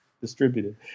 distributed